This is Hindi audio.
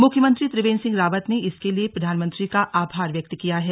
मुख्यमंत्री त्रिवेन्द्र सिंह रावत ने इसके लिए प्रधानमंत्री का आभार व्यक्त किया है